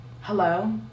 Hello